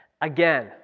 again